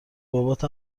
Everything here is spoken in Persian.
بابات